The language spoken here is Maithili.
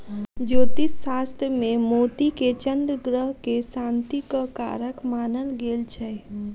ज्योतिष शास्त्र मे मोती के चन्द्र ग्रह के शांतिक कारक मानल गेल छै